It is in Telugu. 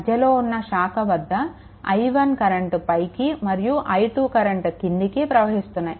మధ్యలో ఉన్న శాఖ వద్ద i1 కరెంట్ పైకి మరియు i2 కరెంట్ క్రిందికి ప్రవహిస్తున్నాయి